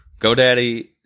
GoDaddy